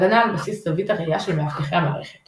הגנה על-בסיס זווית הראייה של מאבטחי המערכת